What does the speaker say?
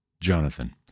Jonathan